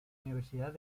universidad